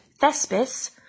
Thespis